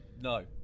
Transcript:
No